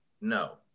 no